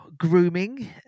grooming